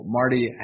Marty